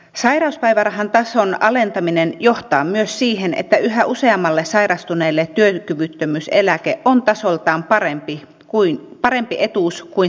sairauspäivärahan tason alentaminen johtaa myös siihen että yhä useammalle sairastuneelle työkyvyttömyyseläke on tasoltaan parempi etuus kuin sairauspäiväraha